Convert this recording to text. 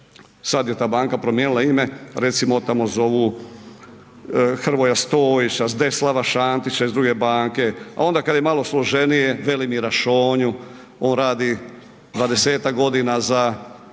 sad je ta banka promijenila ime recimo od tamo zovu Hrvoja Stojića, Zdeslava Šantića iz druge banke, a onda kad je malo složenije Velimira Šonju on radi 20-tak godina za